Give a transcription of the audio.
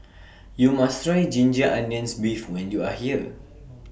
YOU must Try Ginger Onions Beef when YOU Are here